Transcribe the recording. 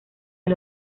del